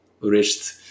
reached